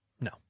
No